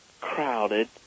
crowded